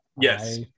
Yes